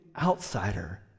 outsider